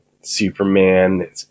Superman